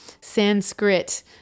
Sanskrit